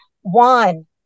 One